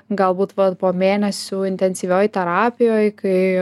galbūt va po mėnesių intensyvioj terapijoj kai